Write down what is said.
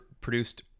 produced